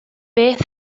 beth